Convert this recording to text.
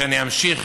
שאני אמשיךף